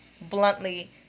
bluntly